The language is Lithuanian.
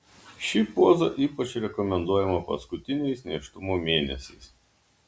ši poza ypač rekomenduojama paskutiniais nėštumo mėnesiais